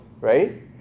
right